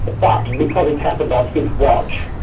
but because it happened on his watch,